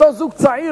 אותו זוג צעיר,